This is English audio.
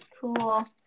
Cool